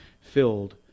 filled